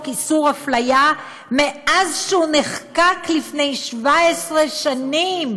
איסור אפליה מאז שהוא נחקק לפני 17 שנים.